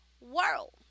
world